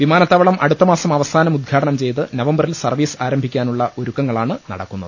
വിമാനത്താവളം അടുത്തമാസം അവസാനം ഉദ്ഘാടനം ചെയ്ത് നവംബറിൽ സർവ്വീസ് ആരംഭിക്കാനുള്ള ഒരുക്കങ്ങളാണ് നടക്കുന്നത്